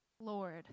Lord